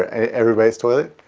ah everybody's toilet